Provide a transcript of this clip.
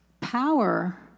power